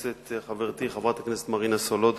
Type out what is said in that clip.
חברתי חברת הכנסת מרינה סולודקין,